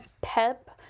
Pep